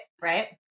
Right